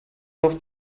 noch